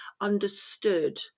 understood